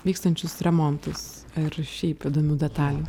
vykstančius remontus ir šiaip įdomių detalių